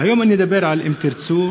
והיום אני אדבר על "אם תרצו"